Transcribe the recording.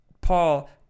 Paul